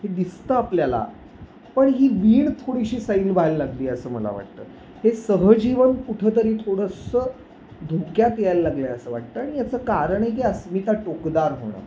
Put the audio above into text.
हे दिसतं आपल्याला पण ही वीण थोडीशी सैल व्हायला लागली आहे असं मला वाटतं हे सहजीवन कुठंतरी थोडंसं धोक्यात यायला लागलं आहे असं वाटतं आणि याचं कारण आहे की अस्मिता टोकदार होणं